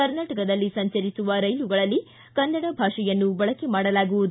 ಕರ್ನಾಟಕದಲ್ಲಿ ಸಂಜರಿಸುವ ರೈಲುಗಳಲ್ಲಿ ಕನ್ನಡ ಭಾಷೆಯನ್ನು ಬಳಕೆ ಮಾಡಲಾಗುವುದು